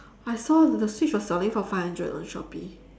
I saw the switch was selling for five hundred on shopee